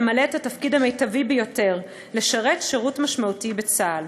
למלא את התפקיד המיטבי ביותר ולשרת שירות משמעותי בצה"ל.